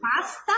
pasta